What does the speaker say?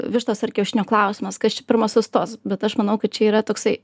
vištos ar kiaušinio klausimas kas čia pirmas sustos bet aš manau kad čia yra toksai